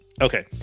Okay